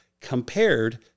compared